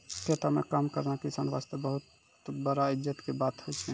खेतों म काम करना किसान वास्तॅ बड़ा इज्जत के बात होय छै